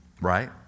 Right